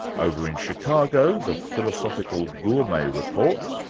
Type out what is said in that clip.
over in chicago, the philosophical gourmet report,